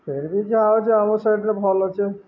ଫେରେ ବି ଯା ହଉଛେ ଆମ ସାଇଡ଼ରେେ ଭଲ ଅଛେ